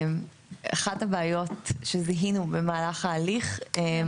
אחת הבעיות שזיהינו במהלך ההליך.